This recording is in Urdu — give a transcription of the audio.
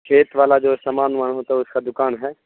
کھیت والا جو سامان وامان ہوتا ہے اس کا دکان ہے